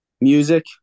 music